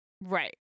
Right